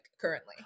currently